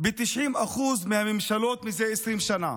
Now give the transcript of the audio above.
ב-90% מהממשלות זה 20 שנה,